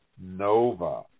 Nova